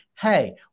hey